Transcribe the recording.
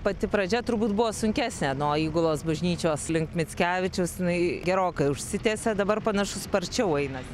pati pradžia turbūt buvo sunkesnė nuo įgulos bažnyčios link mickevičiaus jinai gerokai užsitęsė dabar panašu sparčiau einasi